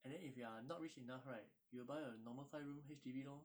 and then if you are not rich enough right you will buy a normal five room H_D_B lor